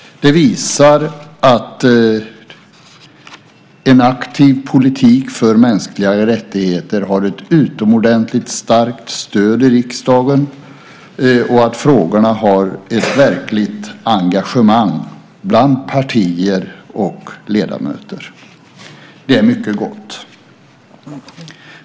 Det visar den aktiva politik för mänskliga rättigheter som har ett utomordentligt starkt stöd i riksdagen och att frågorna verkligen engagerar partier och ledamöter. Det är mycket gott.